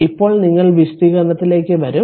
ഇപ്പോൾ നിങ്ങൾ ചില വിശദീകരണത്തിലേക്ക് വരും